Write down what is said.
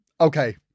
okay